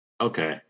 Okay